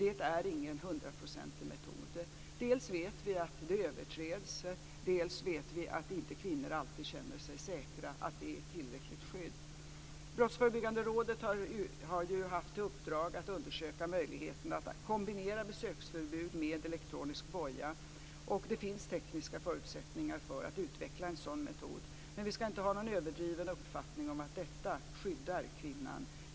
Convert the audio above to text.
Det är ingen hundraprocentig metod. Dels vet vi att det överträds, dels vet vi att kvinnor inte alltid känner sig säkra på att det ger tillräckligt skydd. Brottsförebyggande rådet har haft i uppdrag att undersöka möjligheten att kombinera besöksförbud med elektronisk boja, och det finns tekniska förutsättningar för att utveckla en sådan metod. Men vi ska inte ha någon överdriven uppfattning om att detta skyddar kvinnan.